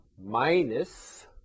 minus